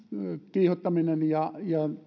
kiihottaminen ja